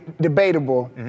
Debatable